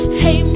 hey